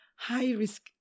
High-risk